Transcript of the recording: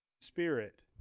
spirit